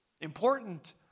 Important